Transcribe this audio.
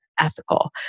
ethical